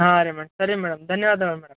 ಹಾಂ ರೀ ಮೇಡಮ್ ಸರಿ ಮೇಡಮ್ ಧನ್ಯವಾದಗಳು ಮೇಡಮ್